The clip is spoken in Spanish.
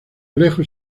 lejos